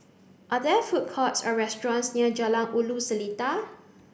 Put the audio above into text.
are there food courts or restaurants near Jalan Ulu Seletar